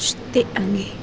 તે આને